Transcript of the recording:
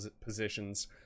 positions